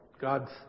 God's